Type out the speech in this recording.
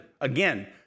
Again